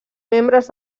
membres